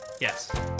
Yes